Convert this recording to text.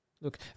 Look